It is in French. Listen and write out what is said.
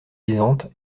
luisante